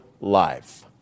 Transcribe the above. life